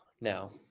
now